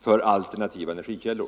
för alternativa energikällor.